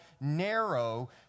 narrow